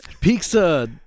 pizza